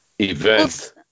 event